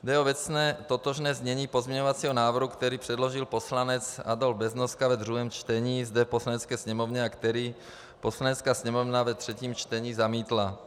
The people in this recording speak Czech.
Jde o věcně totožné znění pozměňovacího návrhu, který předložil poslanec Adolf Beznoska ve druhém čtení zde v Poslanecké sněmovně a který Poslanecká sněmovna ve třetím čtení zamítla.